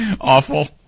Awful